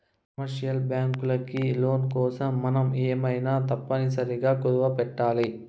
commercial బ్యాంకులకి loan కోసం మనం ఏమైనా తప్పనిసరిగా కుదవపెట్టాలి